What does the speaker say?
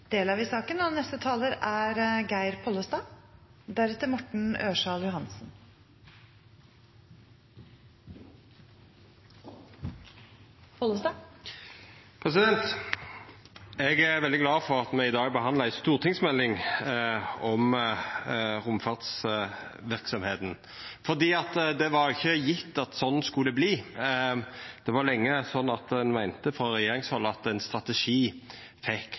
Eg er veldig glad for at me i dag behandlar ei stortingsmelding om romfartsverksemda, for det var ikkje gjeve at det skulle verta sånn. Det var lenge sånn at ein frå regjeringshald meinte at ein strategi fekk